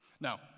Now